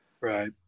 right